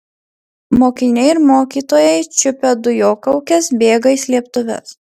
mokiniai ir mokytojai čiupę dujokaukes bėga į slėptuves